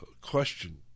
question